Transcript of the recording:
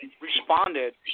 responded